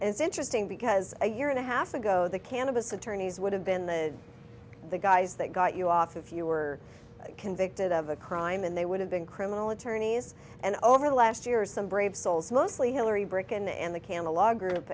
and it's interesting because a year and a half ago the cannabis attorneys would have been the guys that got you off if you were convicted of a crime and they would have been criminal attorneys and over the last years some brave souls mostly hilary brick and the can the law group